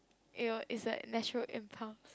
it was its like natural impulse